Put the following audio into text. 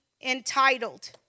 entitled